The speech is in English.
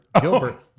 Gilbert